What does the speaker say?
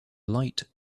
light